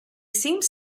seems